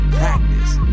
practice